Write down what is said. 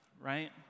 right